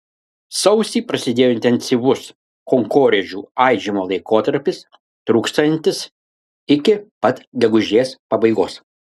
sausį prasidėjo intensyvus kankorėžių aižymo laikotarpis truksiantis iki pat gegužės pabaigos